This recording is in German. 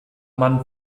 man